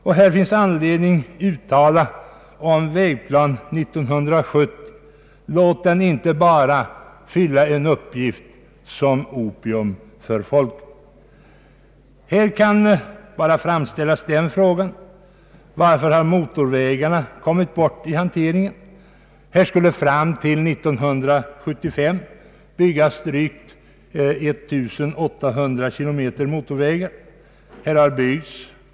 Det finns anledning att om Vägplan 1970 uttala: Låt den inte bara fylla en uppgift såsom opium för folket. Här kan framställas frågan varför motorvägarna kommit bort i hanteringen. Fram till 1975 skulle byggas drygt 1800 kilometer motorvägar.